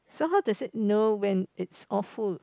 so how to say no when it's awful